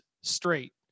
straight